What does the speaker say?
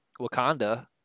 Wakanda